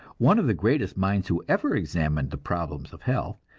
one of the greatest minds who ever examined the problems of health,